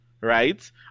right